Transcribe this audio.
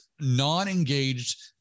non-engaged